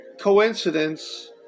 coincidence